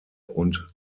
und